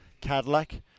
Cadillac